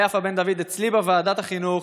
יפה בן דוד אמרה אצלי בוועדת החינוך,